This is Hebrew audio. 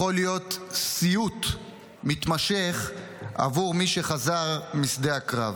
יכול להיות סיוט מתמשך עבור מי שחזר משדה הקרב.